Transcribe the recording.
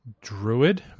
Druid